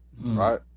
right